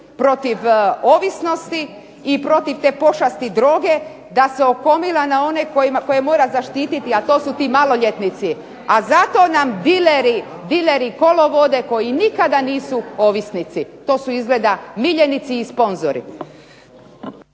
protiv ovisnosti i protiv te pošasti droge, da se okomila na one koje mora zaštititi,a to su ti maloljetnici. A zato nam dileri kolo vode, koji nikada nisu ovisnici. To su izgleda miljenici i sponzori.